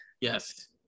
Yes